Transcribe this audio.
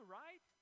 right